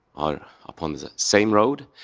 or, upon the same road.